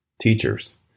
teachers